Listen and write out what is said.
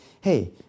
hey